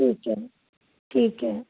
ਠੀਕ ਐ ਠੀਕ ਐ